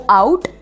out